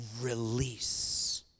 release